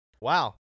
Wow